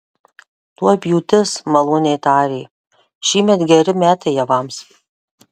tuoj pjūtis maloniai tarė šįmet geri metai javams